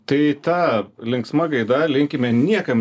tai ta linksma gaida linkime niekam